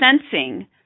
sensing